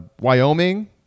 wyoming